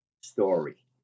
story